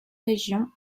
régions